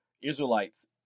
Israelites